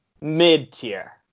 mid-tier